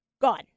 gone